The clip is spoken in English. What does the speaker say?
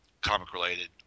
comic-related